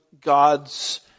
God's